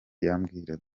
yambwiraga